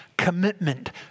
commitment